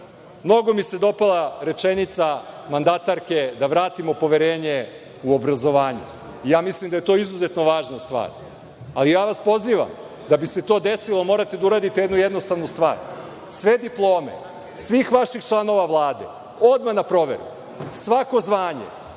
Mnogo mi se dopala rečenica mandatarke – da vratimo poverenje u obrazovanje. Ja mislim da je to izuzetno važna stvar, ali vas pozivam, da bi se to desilo, morate da uradite jednu jednostavnu stvar. Sve diplome svih vaših članova Vlade odmah na proveru. Svako zvanje